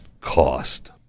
cost